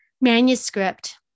manuscript